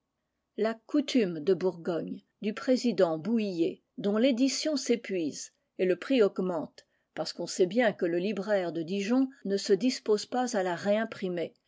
la coutume de bourgogne du président bouhier dont l'édition s'épuise et le prix augmente parce qu'on sait bien que le libraire de dijon ne se dispose pas à la réimprimer